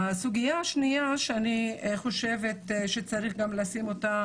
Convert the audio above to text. הסוגייה השנייה שאני חושבת שצריך לשים גם אותה,